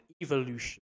evolution